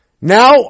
Now